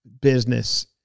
business